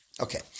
okay